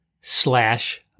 slash